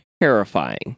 terrifying